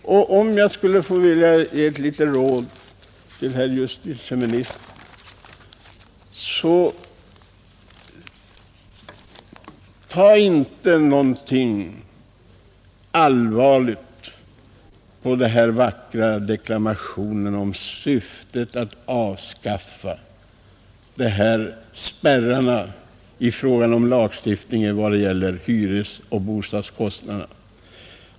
Om jag skulle få ge ett litet råd till herr justitieministern skulle det vara: Ta inte så allvarligt på de vackra deklamationerna om syftet med att avskaffa spärrarna i lagstiftningen om hyresoch bostadskostnaderna!